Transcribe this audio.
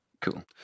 cool